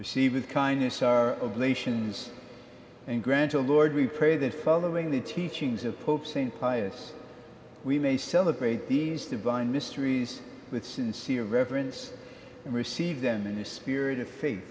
receives kindness our ablations and granta lord we pray that following the teachings of pope st pius we may celebrate these divine mysteries with sincere reverence and receive them in the spirit of fa